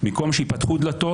האם יוכלו להגן על הזכות